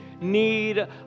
need